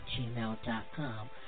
gmail.com